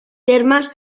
termes